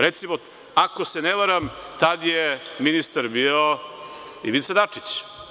Recimo, ako se ne varam, tada je ministar bio Ivica Dačić.